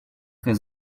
très